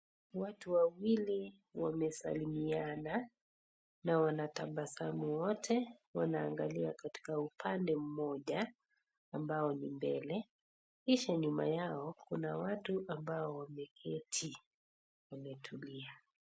Watu wawili wamesalimiana na wanatabasamu wote. Wanaangalia katika upande mmoja ambao ni mbele. Kisha nyuma yao kuna watu ambao wameketi, wametulia.